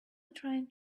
trying